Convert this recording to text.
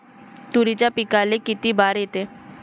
तुरीच्या पिकाले किती बार येते?